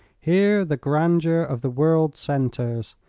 here the grandeur of the world centers,